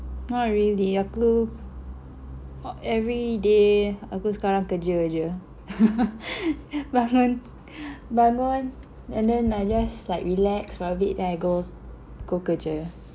not really aku everyday aku sekarang kerja aja bangun bangun and then I just like relax for a bit and then I go go kerja